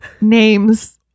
names